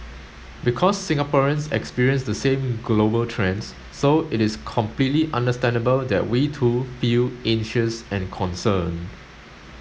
because Singaporeans experience the same global trends so it is completely understandable that we too feel anxious and concerned